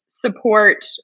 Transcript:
support